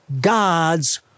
God's